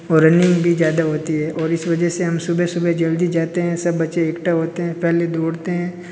और रनिंग भी ज़्यादा होती है और इस वजह से हम सुबह सुबह जल्दी जाते है सब बच्चे इकट्ठा होते है पहले दौड़ते है